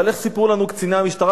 אבל איך סיפרו לנו קציני המשטרה?